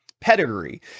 pedigree